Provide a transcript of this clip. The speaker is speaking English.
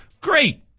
Great